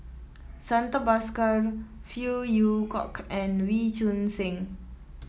Santha Bhaskar Phey Yew Kok and Wee Choon Seng